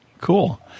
Cool